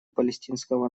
палестинского